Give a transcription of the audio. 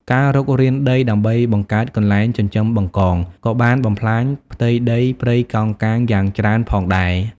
ការរុករានដីដើម្បីបង្កើតកន្លែងចិញ្ចឹមបង្កងក៏បានបំផ្លាញផ្ទៃដីព្រៃកោងកាងយ៉ាងច្រើនផងដែរ។